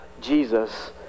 Jesus